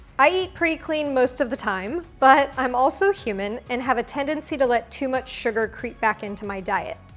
i eat pretty clean most of the time but i'm also human and have a tendency to let too much sugar creep back into my diet.